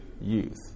youth